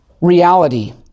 reality